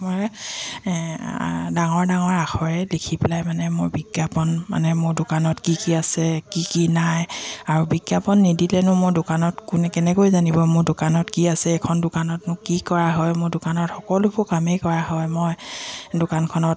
মই ডাঙৰ ডাঙৰ আখৰেৰে লিখি পেলাই মানে মোৰ বিজ্ঞাপন মানে মোৰ দোকানত কি কি আছে কি কি নাই আৰু বিজ্ঞাপন নিদিলেনো মোৰ দোকানত কোনে কেনেকৈ জানিব মোৰ দোকানত কি আছে এইখন দোকানতনো কি কৰা হয় মোৰ দোকানত সকলোবোৰ কামেই কৰা হয় মই দোকানখনত